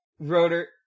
Rotor